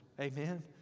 Amen